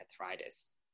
arthritis